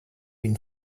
been